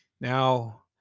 Now